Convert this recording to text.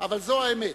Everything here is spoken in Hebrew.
אבל זו האמת.